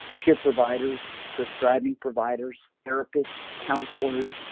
providers prescribing providers, therapists, counselors,